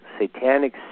satanic